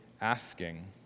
asking